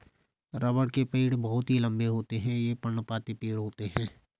रबड़ के पेड़ बहुत ही लंबे होते हैं ये पर्णपाती पेड़ होते है